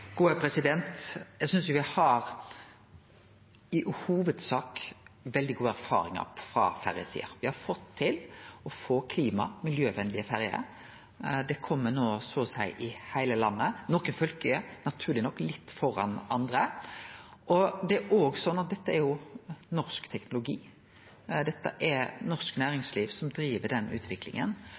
Eg synest me i hovudsak har veldig gode erfaringar frå ferjesida. Me har fått til å få klima- og miljøvenlege ferjer. Det kjem no så å seie i heile landet. Nokre fylke er naturleg nok litt framfor andre. Det er òg sånn at dette er norsk teknologi, det er norsk næringsliv som driv den utviklinga.